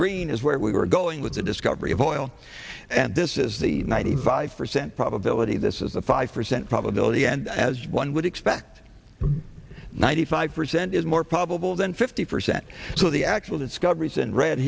disagreeing is where we were going with the discovery of oil and this is the ninety five percent probability this is the five percent probability and as one would expect ninety five percent is more probable than fifty percent so the actual discoveries and re